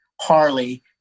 Harley